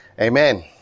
Amen